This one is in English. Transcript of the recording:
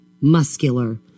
muscular